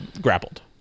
grappled